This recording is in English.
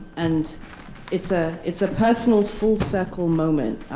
and it's ah it's a personal full-circle moment.